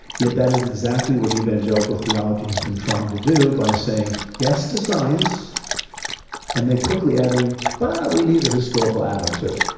yet that is exactly what evangelical theology has been trying to do by saying yes to science and then quickly adding but we need a historical adam, too.